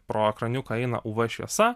pro ekraniuką eina uv šviesa